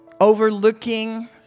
overlooking